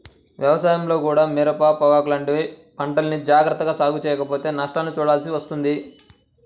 వ్యవసాయంలో కూడా మిరప, పొగాకు లాంటి పంటల్ని జాగర్తగా సాగు చెయ్యకపోతే నష్టాల్ని చూడాల్సి వస్తుంది